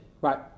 right